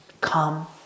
come